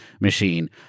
machine